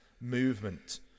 movement